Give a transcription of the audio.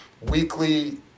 weekly